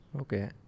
Okay